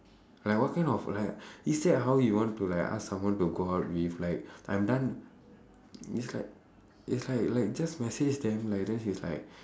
like what kind of like is that how you want to like ask someone to go out with like I'm done it's like it's like like just message then then she's like